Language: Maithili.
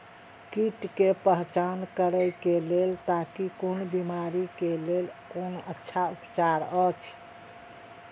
कीट के पहचान करे के लेल ताकि कोन बिमारी के लेल कोन अच्छा उपचार अछि?